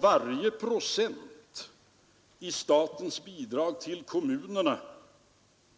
Varje procent i statsbidrag till kommunerna